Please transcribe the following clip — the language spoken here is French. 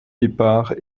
épars